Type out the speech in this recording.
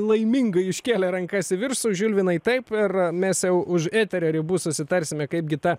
laimingai iškėlė rankas į viršų žilvinai taip ir mes jau už eterio ribų susitarsime kaipgi ta